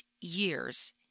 years